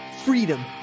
Freedom